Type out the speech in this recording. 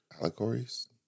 allegories